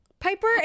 Piper